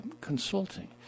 consulting